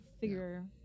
figure